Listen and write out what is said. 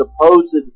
supposed